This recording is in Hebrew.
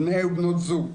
בני ובנות זוג.